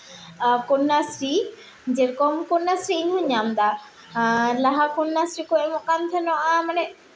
ᱠᱚᱱᱱᱟᱥᱨᱤ ᱡᱮᱨᱚᱠᱚᱢ ᱠᱚᱱᱱᱟᱥᱨᱤ ᱤᱧ ᱦᱚᱸᱧ ᱧᱟᱢᱫᱟ ᱟᱨ ᱞᱟᱦᱟ ᱠᱚᱱᱱᱟᱥᱨᱤ ᱠᱚ ᱮᱢᱚᱜ ᱠᱟᱱ ᱛᱟᱦᱮᱱᱚᱜᱼᱟ ᱢᱟᱱᱮ